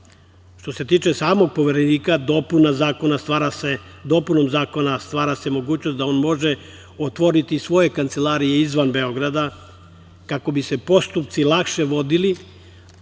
se tiče samog Poverenika dopunom zakona stvara se mogućnost da on može otvoriti svoje kancelarije izvan Beograda kako bi se postupci lakše vodili,